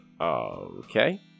Okay